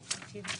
הרצינות.